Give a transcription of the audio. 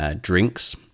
drinks